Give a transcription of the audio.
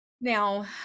Now